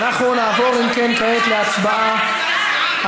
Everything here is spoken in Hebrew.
הם מסתכלים